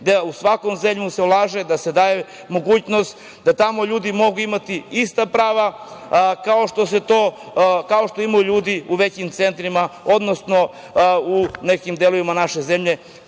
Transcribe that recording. delu naše zemlje Srbije, da se daje mogućnost da tamo ljudi mogu imati ista prava kao što imaju ljudi u većim centrima, odnosno u nekim delovima naše zemlje